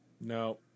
No